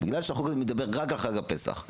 בגלל שהחוק הזה מדבר רק על חג הפסח,